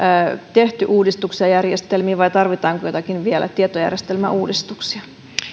tehty uudistuksia järjestelmiin vai tarvitaanko vielä joitakin tietojärjestelmäuudistuksia